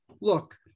look